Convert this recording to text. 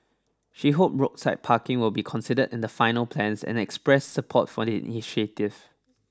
she hope roadside parking will be considered in the final plans and expressed support for the initiative